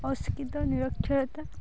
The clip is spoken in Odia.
ଅଶିକ୍ଷିତ ନିରକ୍ଷରତା